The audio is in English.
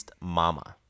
mama